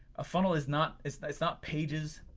a funnel is not is not pages,